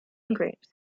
grapes